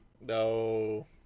No